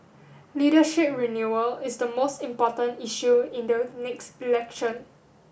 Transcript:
leadership renewal is the most important issue in the next election